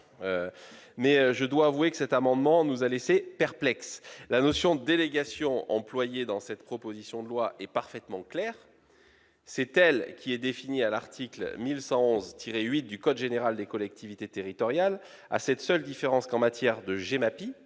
Mais je dois vous avouer que le présent amendement nous a laissés perplexes. La notion de délégation, employée dans cette proposition de loi, est parfaitement claire. Elle répond à la définition figurant à l'article L. 1 111-8 du code général des collectivités territoriales, à cette seule différence que, en matière de GEMAPI,